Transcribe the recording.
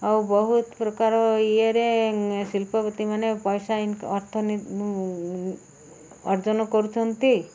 ଆଉ ବହୁତ ପ୍ରକାର ଇଏରେ ଶିଳ୍ପପତି ମାନେ ପଇସା ଇ ଅର୍ଥ ଅର୍ଜନ କରୁଛନ୍ତି